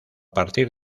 partir